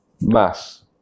mass